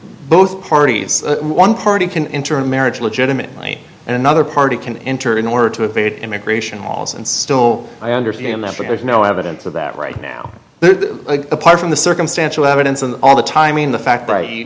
both parties one party can enter a marriage legitimately and another party can enter in order to evade immigration laws and still i understand that but there's no evidence of that right now apart from the circumstantial evidence and all the time in the fact